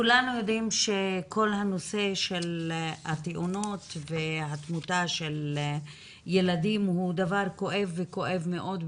כולנו יודעים שכל הנושא של תאונות ותמותה של ילדים הוא דבר כואב מאוד,